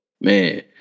Man